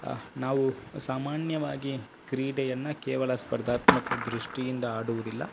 ನಾವು ಸಾಮಾನ್ಯವಾಗಿ ಕ್ರೀಡೆಯನ್ನು ಕೇವಲ ಸ್ಪರ್ಧಾತ್ಮಕ ದೃಷ್ಟಿಯಿಂದ ಆಡುವುದಿಲ್ಲ